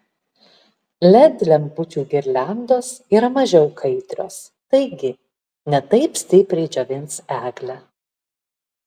led lempučių girliandos yra mažiau kaitrios taigi ne taip stipriai džiovins eglę